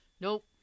Nope